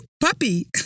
puppy